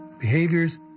behaviors